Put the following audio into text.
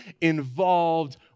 involved